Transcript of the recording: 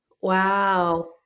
Wow